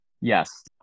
Yes